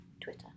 Twitter